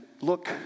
Look